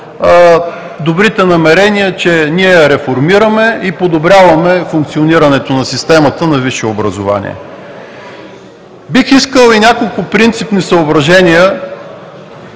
добрите намерения, че ние реформираме и подобряваме функционирането на системата на висше образование. Бих искал да изкажа пред Вас и няколко принципни съображения